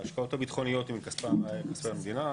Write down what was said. ההשקעות הביטחוניות הן מכספי המדינה.